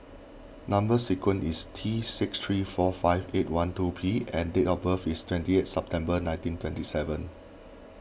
Number Sequence is T six three four five eight one two P and date of birth is twenty eight September nineteen twenty seven